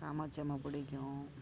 காமாட்சி அம்மா பிடிக்கும்